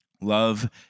Love